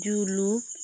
ᱡᱩᱞᱩᱜ